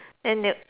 and it